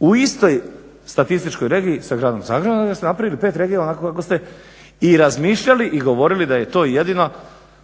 u istoj statističkoj regiji sa Gradom Zagrebom i da ste napravili pet regija onako kako ste i razmišljali i govorili da je to jedina